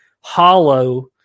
hollow